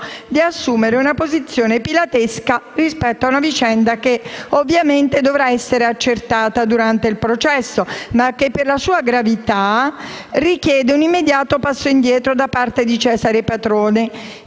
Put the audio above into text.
di assumere una posizione pilatesca rispetto a una vicenda che ovviamente dovrà essere accertata durante il processo, ma che per la sua gravità richiede un immediato passo indietro da parte di Cesare Patrone,